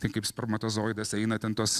tai kaip spermatozoidas eina ten tos